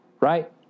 right